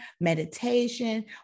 meditation